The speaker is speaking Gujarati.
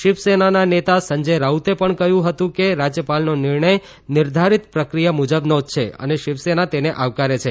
શિવસેનાના નેતા સંજય રાઉતે પણ કહ્યું હતું કે રાજ્યપાલનો નિર્ણય નિર્ધારિત પ્રક્રિયા મુજબનો જ છે અને શિવસેના તેને આવકારે છે